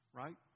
right